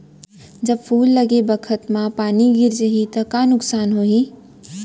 जब फूल लगे बखत म पानी गिर जाही त का नुकसान होगी?